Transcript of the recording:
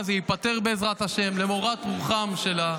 גם סילמן אמרה את זה.